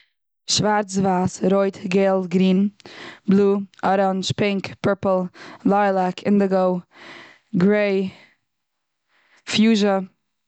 שווארץ, ווייס, רויט, געל, גרין, בלוי, אראנדזש, פינק, פערפל, ליילעק, אינדיגאו, גרעי, פוזשע.